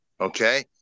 Okay